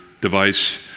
device